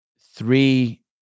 three